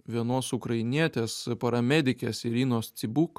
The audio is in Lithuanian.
vienos ukrainietės paramedikės irinos tsibuk